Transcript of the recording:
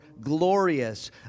glorious